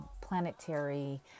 planetary